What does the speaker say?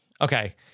Okay